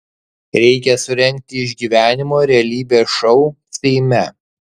reikia surengti išgyvenimo realybės šou seime